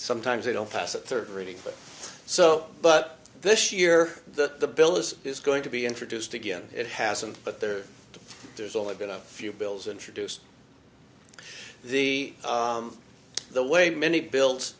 sometimes they don't pass a third reading so but this year the bill is is going to be introduced again it hasn't but there there's only been a few bills introduced the the way many bills